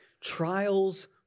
Trials